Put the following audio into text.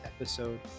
episode